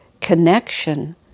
connection